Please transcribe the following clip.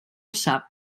sap